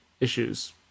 issues